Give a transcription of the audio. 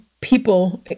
people